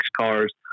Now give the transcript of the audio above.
cars